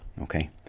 Okay